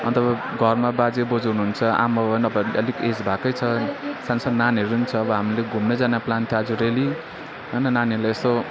अन्त घरमा बाजे बोज्यू हुनुहुन्छ आमा बाबा नभए पनि अलिक एज भएकै छ सानो सानो नानीहरू पनि छ हामीले घुम्न जाने प्लान थियो रेली होइन नानीहरूलाई यसो